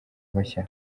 bashya